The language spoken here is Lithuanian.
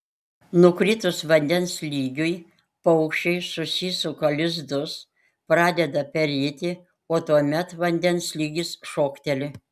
nukritus vandens lygiui paukščiai susisuka lizdus pradeda perėti o tuomet vandens lygis šokteli